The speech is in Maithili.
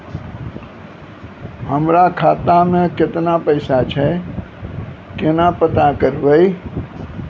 हमरा खाता मे केतना पैसा छै, केना पता करबै?